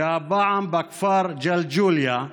הפעם בכפר ג'לג'וליה,